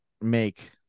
make